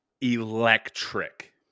Electric